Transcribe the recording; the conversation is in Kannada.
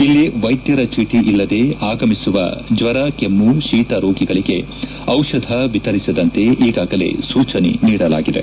ಇಲ್ಲಿ ವೈದ್ಯರ ಚೀಟಿ ಇಲ್ಲದೇ ಆಗಮಿಸುವ ಜ್ವರ ಕೆಮ್ಮ ಶೀತ ರೋಗಿಗಳಿಗೆ ಔಷಧ ವಿತರಿಸದಂತೆ ಈಗಾಗಲೇ ಸೂಚನೆ ನೀಡಲಾಗಿದೆ